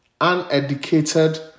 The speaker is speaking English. uneducated